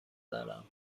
دارم